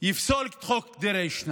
יפסול את חוק דרעי 2,